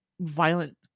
violent